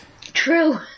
True